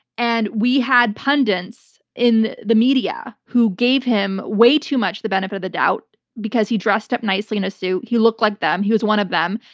and we had pundits in the media who gave him way too much the benefit of the doubt because because he dressed up nicely in a suit, he looked like them, he was one of them.